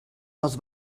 les